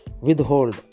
withhold